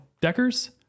Deckers